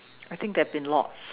I think there have been lots